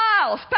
miles